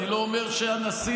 אני לא אומר שהנשיא,